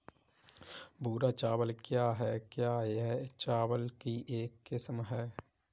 भूरा चावल क्या है? क्या यह चावल की एक किस्म है?